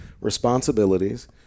responsibilities